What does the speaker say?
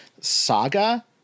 Saga